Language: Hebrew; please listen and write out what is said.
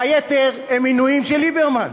והיתר הם מינויים של ליברמן.